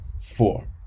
four